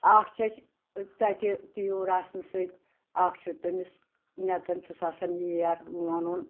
اکھ چھِ أسۍ تَتہِ تیوٗر آسنہٕ سۭتۍ اکھ چھُ تٔمِس نیتَن چھُ سہُ آسان ییر لونُن